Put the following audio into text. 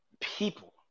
people